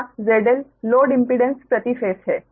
जहां 𝒁L load impedance प्रति phase है